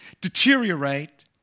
deteriorate